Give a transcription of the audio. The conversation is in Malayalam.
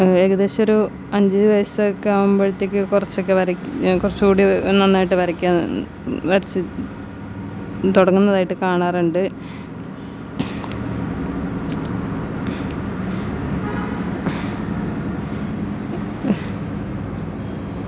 ഏകദേശമൊരു അഞ്ചു വയസ്സൊക്കെ ആകുമ്പഴത്തേക്ക് കുറച്ചൊക്കെ വരയ്ക്കുക കുറച്ചും കൂടി നന്നായിട്ട് വരയ്ക്കാൻ വരച്ചു തുടങ്ങുന്നതായിട്ട് കാണാറുണ്ട്